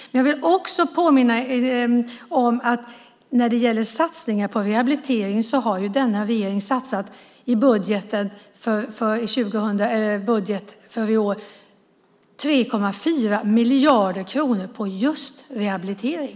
Jag vill påminna om att när det gäller satsningar på rehabilitering har denna regering i budgeten för i år satsat 3,4 miljarder kronor på just rehabilitering.